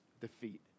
defeat